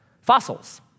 Fossils